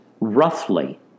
roughly